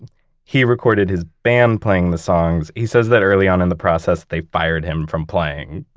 he recorded his band playing the songs. he says that early on in the process, they fired him from playing